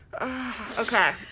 Okay